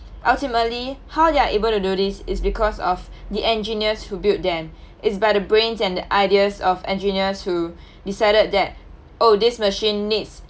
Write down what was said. ultimately how they're able to do this is because of the engineers who build them is by the brains and the ideas of engineers who decided that oh this machine needs